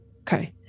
Okay